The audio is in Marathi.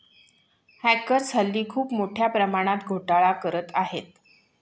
हॅकर्स हल्ली खूप मोठ्या प्रमाणात घोटाळा करत आहेत